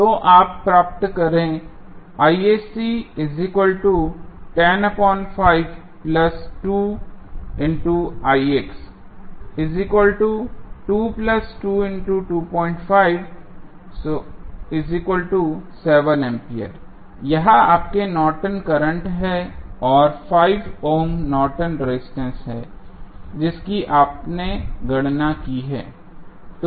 तो आप प्राप्त करें यह आपके नॉर्टन करंट Nortons current है और 5 ohm Norton resistance Nortons resistance है जिसकी आपने गणना की है